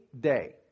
day